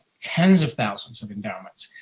tens of thousands of endowments,